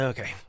Okay